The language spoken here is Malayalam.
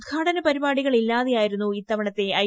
ഉദ്ഘാടന പരിപാടികൾ ഇല്ലാതെയാ യിരുന്നു ഇത്തവണത്തെ ഐ